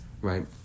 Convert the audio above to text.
right